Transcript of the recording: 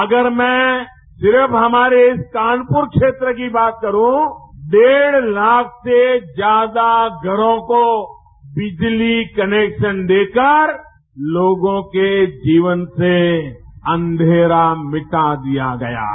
अगर मैं सिर्फ हमारे इस कानपूर क्षेत्र की बात करुं डेढ़ लाख से ज्यादा घरों को बिजली कनेक्शन देकर लोगों के जीवन से अंघेरा मिटा दिया गया है